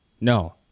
No